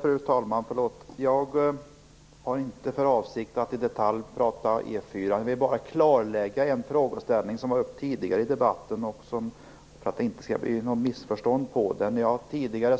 Fru talman! Jag har inte för avsikt att i detalj prata E 4. Jag vill bara klarlägga en frågeställning som var uppe tidigare i debatten, för att det inte skall bli något missförstånd. Jag